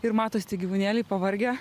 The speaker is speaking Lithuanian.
ir matos tie gyvūnėliai pavargę